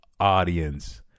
audience